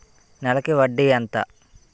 నెలకి వడ్డీ ఎంత?